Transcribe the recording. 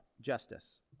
justice